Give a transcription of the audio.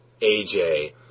AJ